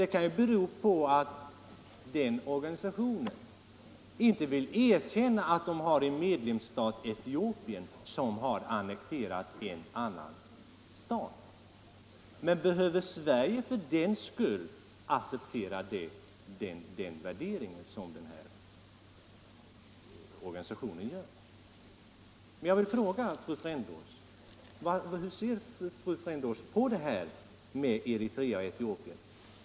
Det kan ju bero på att denna organisation inte vill erkänna att den har en medlemsstat, Etiopien, som har annekterat en annan stat. Men behöver Sverige acceptera den värdering som denna organisation gör? Jag vill fråga: Hur ser fru Frändås på detta med Eritrea och Etiopien?